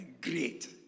great